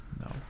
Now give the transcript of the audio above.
no